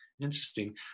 Interesting